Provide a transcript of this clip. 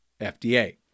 FDA